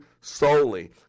solely